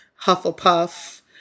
Hufflepuff